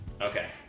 Okay